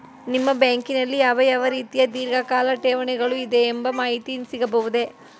ನಿಮ್ಮ ಬ್ಯಾಂಕಿನಲ್ಲಿ ಯಾವ ಯಾವ ರೀತಿಯ ಧೀರ್ಘಕಾಲ ಠೇವಣಿಗಳು ಇದೆ ಎಂಬ ಮಾಹಿತಿ ಸಿಗಬಹುದೇ?